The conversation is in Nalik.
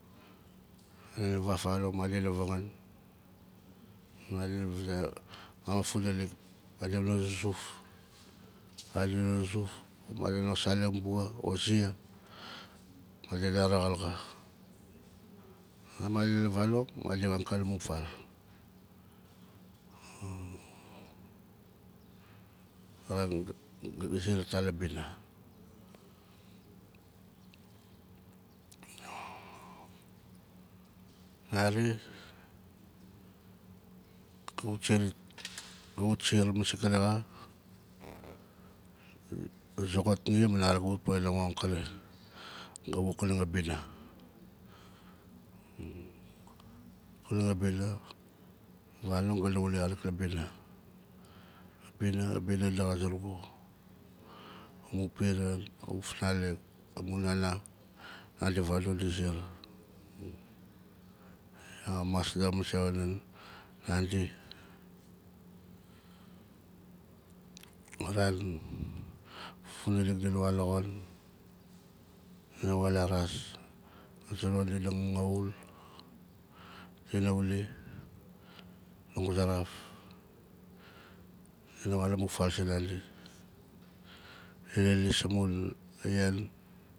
Madina vaf fanong madina vangaan madi vaze mam a funalik madina zuzuf madina zuzuf madina wa saleng bua o zia madina raxaal xa madina vanong madina wan ka la mun fal a ran gat siar ita la bina nari ka- ga wut siar masing kari xa gu soxot nia ma nari gu poxin a woxin akari ga wuk a ling abina a ling abina vanong ga na wuli xarik la bina a bina a bina daxa zurugu amun piran, amun fnalik, amun nana nadi vagdul di ziar gat amamas masei wana nandi a ran funalik di na wan la xon dina wan la ras a zonon di na ngangaul dina wuli languzaraf dina wan la mun fal sinandi dina lis amun yaan